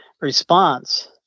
response